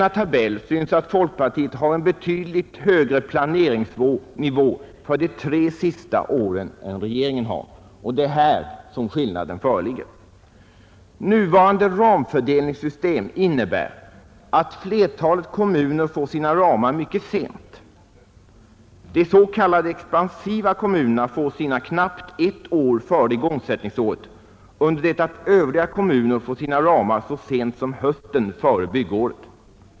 Av tabellen framgår att folkpartiet har en betydligt högre planeringsnivå för de tre sista åren än regeringen, och det är där skillnaden ligger. Det nuvarande ramfördelningssystemet innebär att flertalet kommuner får sina ramar mycket sent. De s.k. expansiva kommunerna får sina ramar knappt ett år före igångsättningsåret, under det att övriga kommuner får sina ramar så sent som hösten före byggåret.